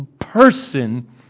person